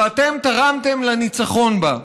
שאתם תרמתם לניצחון בה,